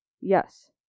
Yes